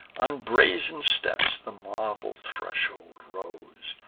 on brazen steps the marble threshold rose,